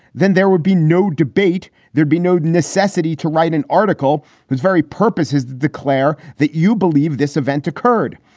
then there would be no debate. there'd be no necessity to write an article whose very purpose is to declare that you believe this event occurred.